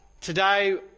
Today